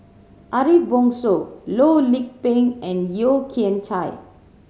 Ariff Bongso Loh Lik Peng and Yeo Kian Chye